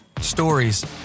Stories